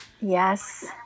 yes